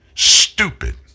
stupid